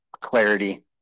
clarity